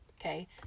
okay